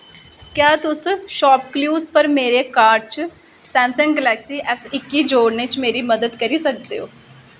क्या तुस शापक्लूज पर मेरे कार्ट च सैमसंग गैलेक्सी एस इक्की जोड़ने च मेरी मदद करी सकदे ओ